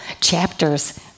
chapters